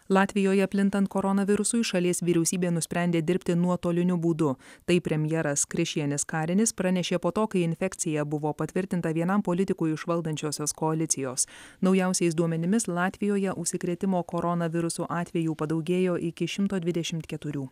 latvijoje plintant koronavirusui šalies vyriausybė nusprendė dirbti nuotoliniu būdu taip premjeras krišjanis karinis pranešė po to kai infekcija buvo patvirtinta vienam politikui iš valdančiosios koalicijos naujausiais duomenimis latvijoje užsikrėtimo koronavirusu atvejų padaugėjo iki šimto dvidešimt keturių